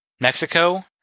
Mexico